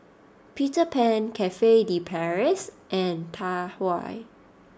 Peter Pan Cafe De Paris and Tai Hua